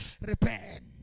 Repent